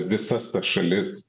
visas tas šalis